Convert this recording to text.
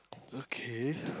okay